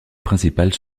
principale